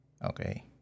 okay